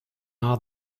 are